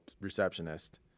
receptionist